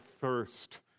thirst